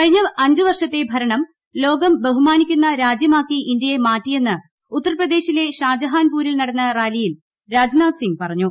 കഴിഞ്ഞ അഞ്ച് പ്പൂർഷത്തെ ഭരണം ലോകം ബഹുമാനിക്കുന്ന രാജ്യമാക്കി ഇന്ത്യയെ മ്മീറ്റിൽയന്ന് ഉത്തർപ്രദേശിലെ ഷാജഹാൻപൂരിൽ നടന്ന റാലിയിൽ രാജ്നീജ് സിംഗ് പറഞ്ഞു